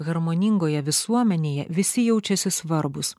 harmoningoje visuomenėje visi jaučiasi svarbūs